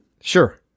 Sure